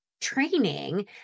training